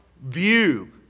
view